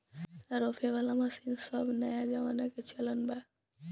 रोपे वाला मशीन सब नया जमाना के चलन बा